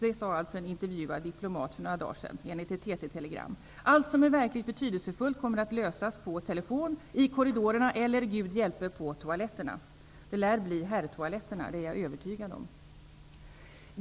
Detta sade alltså en diplomat som intervjuades för några dagar sedan enligt ett TT-telegram. Allt som är verkligt betydelsefullt kommer att lösas på telefon, i korridorerna eller Gud hjälpe på toaletterna. Det lär bli herrtoaletterna, det är jag övertygad om.